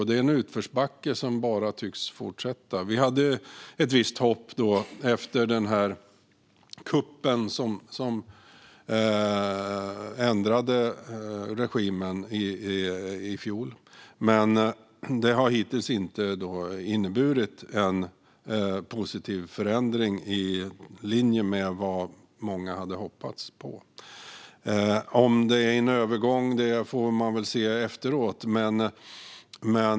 Det är en utförsbacke som bara tycks fortsätta. Vi hade ett visst hopp efter kuppen som ändrade regimen i fjol. Men det har hittills inte inneburit en positiv förändring i linje med vad många hade hoppats på. Om det är en övergång får man se efteråt.